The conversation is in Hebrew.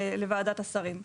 לוועדת השרים.